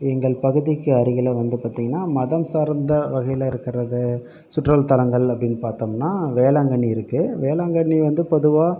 எங்கள் பகுதிக்கு அருகில் வந்து பார்த்தீங்கன்னா மதம் சார்ந்த வகையில் இருக்கிறது சுற்றுலா தளங்கள் அப்படினு பார்த்தோம்னா வேளாங்கண்ணி இருக்குது வேளாங்கண்ணி வந்து பொதுவாக